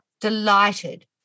delighted